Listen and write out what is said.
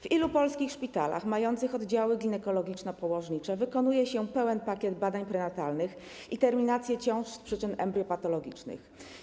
W ilu polskich szpitalach mających oddziały ginekologiczno-położnicze wykonuje się pełen pakiet badań prenatalnych i terminację ciąż z przyczyn embriopatologicznych?